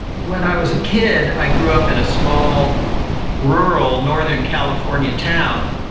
when i was a kid, i grew up in a small rural northern california town,